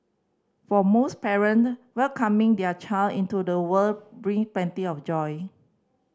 for most parent welcoming their child into the world bring plenty of joy